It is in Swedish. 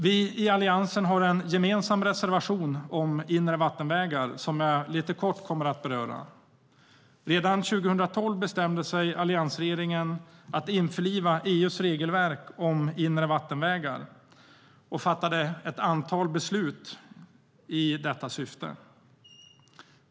Vi i Alliansen har en gemensam reservation om inre vattenvägar, som jag lite kort kommer att beröra. Redan 2012 bestämde alliansregeringen sig för att införliva EU:s regelverk om inre vattenvägar och fattade ett antal beslut i detta syfte.